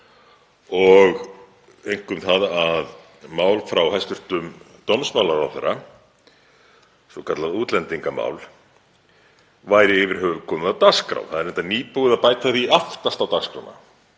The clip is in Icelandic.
og einkum það að mál frá hæstv. dómsmálaráðherra, svokallað útlendingamál, væri yfir höfuð komið á dagskrá. Það er nýbúið að bæta því aftast á dagskrána,